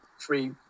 free